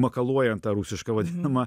makaluojant tą rusišką vadinamą